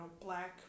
black